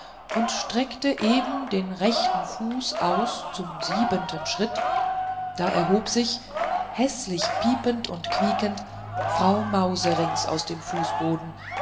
und streckte eben den rechten fuß aus zum siebenten schritt da erhob sich häßlich piepend und quiekend frau mauserinks aus dem fußboden